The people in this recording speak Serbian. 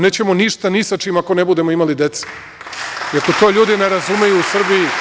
Nećemo ništa ni sa čim ako ne budemo imali dece, iako to ljudi ne razumeju u Srbiji.